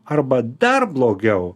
arba dar blogiau